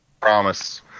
Promise